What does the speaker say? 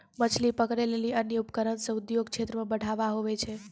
मछली पकड़ै लेली अन्य उपकरण से उद्योग क्षेत्र मे बढ़ावा हुवै छै